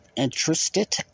interested